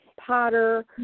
Potter